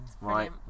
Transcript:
right